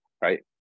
right